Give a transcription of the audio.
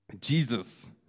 Jesus